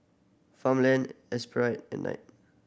Farmland Espirit and Knight